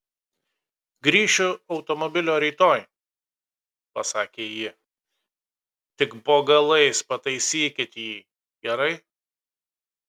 grįšiu automobilio rytoj pasakė ji tik po galais pataisykit jį gerai